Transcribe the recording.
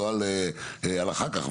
ולא על אחר כך,